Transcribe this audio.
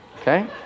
okay